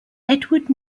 edward